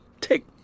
take